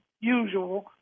usual